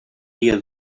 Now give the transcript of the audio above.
dia